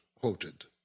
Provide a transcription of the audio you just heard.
quoted